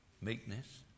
meekness